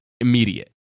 immediate